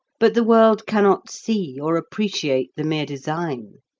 but the world cannot see or appreciate the mere design.